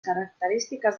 característiques